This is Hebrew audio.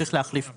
צריך להחליף פה.